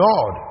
God